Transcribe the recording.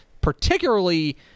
Particularly